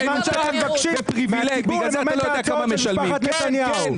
שמבקשים מהציבור לממן את ההוצאות של משפחת נתניהו.